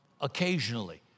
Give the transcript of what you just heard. occasionally